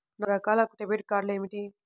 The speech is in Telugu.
నాలుగు రకాల డెబిట్ కార్డులు ఏమిటి?